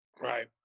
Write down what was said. Right